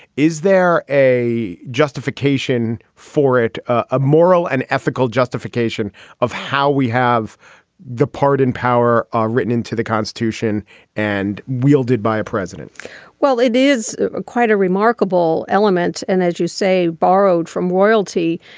is there a justification for it a moral and ethical justification of how we have the pardon power are written into the constitution and wielded by a president well it is quite a remarkable element and as you say borrowed from royalty.